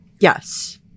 Yes